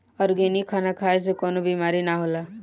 organic खाना खाए से कवनो बीमारी ना होला